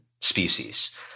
species